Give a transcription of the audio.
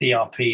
ERP